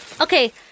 Okay